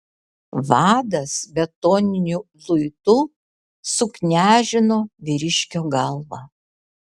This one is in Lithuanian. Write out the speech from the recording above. vadas betoniniu luitu suknežino vyriškio galvą